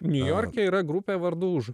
niujorke yra grupė vardu už